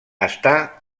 està